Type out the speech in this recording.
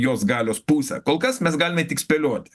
jos galios pusę kol kas mes galime tik spėlioti